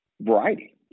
variety